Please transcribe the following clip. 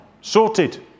sorted